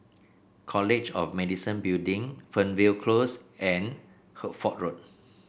College of Medicine Building Fernvale Close and Hertford Road